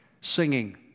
singing